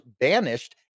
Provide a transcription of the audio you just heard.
banished